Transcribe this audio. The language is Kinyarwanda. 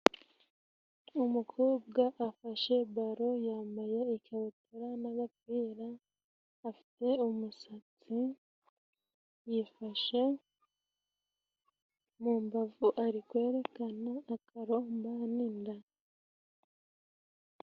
Umukobwa afashe baro, yambaye ikabutura n'agapira, afite umusatsi, yifashe mu mbavu, ari kwerekana akaromba n'inda.